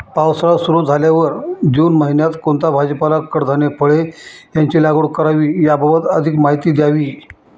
पावसाळा सुरु झाल्यावर जून महिन्यात कोणता भाजीपाला, कडधान्य, फळे यांची लागवड करावी याबाबत अधिक माहिती द्यावी?